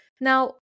Now